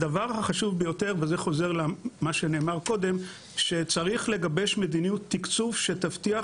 הדבר החשוב ביותר הוא שצריך לגבש מדיניות תקצוב שתבטיח